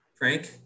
Frank